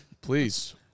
Please